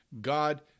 God